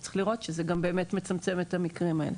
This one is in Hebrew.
צריך לראות שזה גם באמת מצמצם את המקרים האלה.